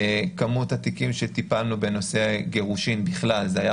כמות התיקים שטיפלנו בהם בנושא גירושין בכלל זה הייתה